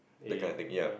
that kind of thing ya